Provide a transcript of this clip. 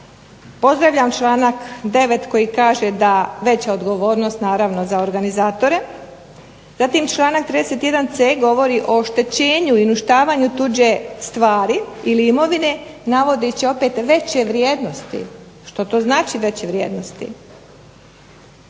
Pozdravljam članak 9. koji kaže da veća odgovornost naravno za organizatore, zatim članak 31.c govori o oštećenju ili uništavanju tuđe stvari ili imovine navodeći opet veće vrijednosti. Što to znači veće vrijednosti?